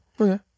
Okay